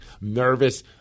nervous